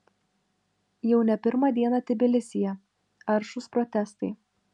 jau ne pirmą dieną tbilisyje aršūs protestai